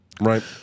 right